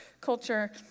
culture